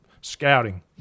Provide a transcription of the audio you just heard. scouting